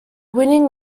winning